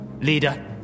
Leader